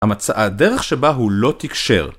המצב, הדרך שבה הוא לא תיקשר